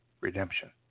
redemption